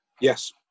Yes